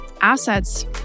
assets